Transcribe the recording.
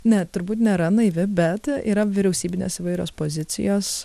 ne turbūt nėra naivi bet yra vyriausybinės įvairios pozicijos